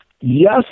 Yes